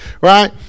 right